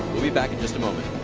back in just a moment.